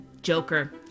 Joker